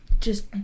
just-